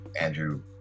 Andrew